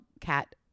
cat